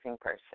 person